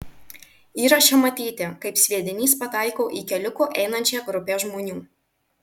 įraše matyti kaip sviedinys pataiko į keliuku einančią grupę žmonių